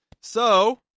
So-